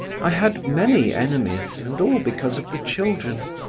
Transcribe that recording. i had many enemies, and all because of the children.